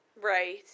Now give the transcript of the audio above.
Right